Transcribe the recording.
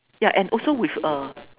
ya and also with uh